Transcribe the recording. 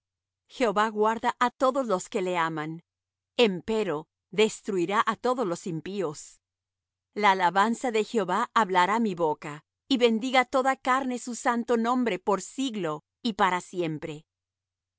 jehová guarda á todos los que le aman empero destruirá á todos los impíos la alabanza de jehová hablará mi boca y bendiga toda carne su santo nombre por siglo y para siempre